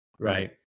Right